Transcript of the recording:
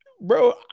bro